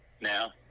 now